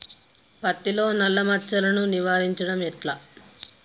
పత్తిలో నల్లా మచ్చలను నివారించడం ఎట్లా?